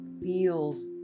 feels